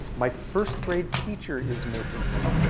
my first grade teacher is making me.